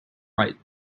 right